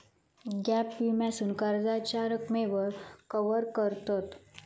gap विम्यासून कर्जाच्या रकमेक कवर करतत